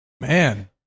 Man